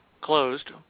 closed